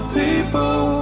people